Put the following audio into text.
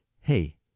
Hey